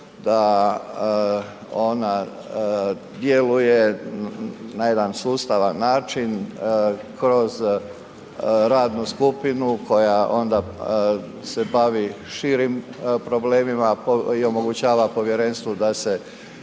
da ona djeluje na jedan sustavan način kroz radnu skupinu koja onda se bavi širim problemima i omogućava povjerenstvu da se